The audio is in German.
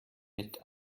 mit